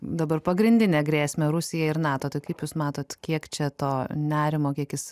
dabar pagrindinę grėsmę rusija ir nato tai kaip jūs matot kiek čia to nerimo kiek jis